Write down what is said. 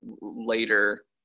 later